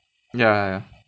ya ya ya